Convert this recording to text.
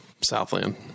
Southland